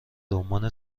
رمان